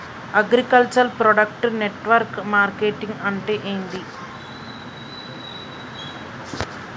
Agriculture product network marketing అంటే ఏంది?